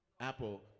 Apple